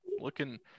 Looking